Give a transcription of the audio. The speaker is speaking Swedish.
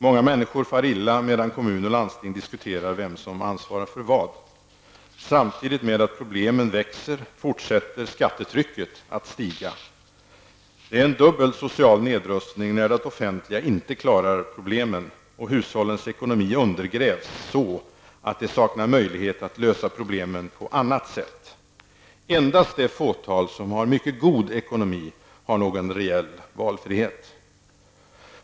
Många människor far illa, medan kommun och landsting diskuterar vem som ansvarar för vad, samtidigt med att problemen växer fortsätter skattetrycket att stiga. Det är en dubbel social nedrustning när det offentliga inte klarar problemen, och hushållens ekonomi undergrävs så att de saknar möjligheter att lösa problemen på annat sätt. Endast det fåtal som har mycket god ekonomi har någon reell valfrihet.